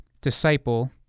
disciple